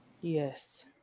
Yes